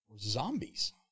Zombies